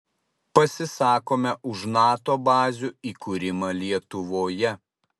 pasisakome už nato bazių įkūrimą lietuvoje